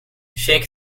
shake